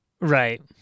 Right